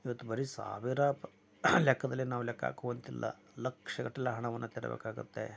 ಇವತ್ತು ಬರೀ ಸಾವಿರ ಲೆಕ್ಕದಲ್ಲಿ ನಾವು ಲೆಕ್ಕ ಹಾಕುವಂತಿಲ್ಲ ಲಕ್ಷಗಟ್ಟಲೆ ಹಣವನ್ನು ತೆರಬೇಕಾಗುತ್ತೆ